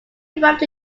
arrived